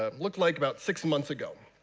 um looked like about six months ago.